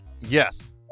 Yes